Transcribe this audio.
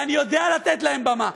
ואני יודע לתת להם במה,